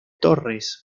torres